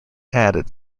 added